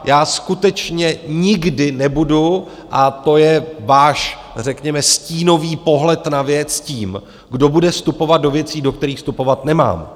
Já skutečně nikdy nebudu a to je váš řekněme stínový pohled na věc tím, kdo bude vstupovat do věcí, do kterých vstupovat nemá.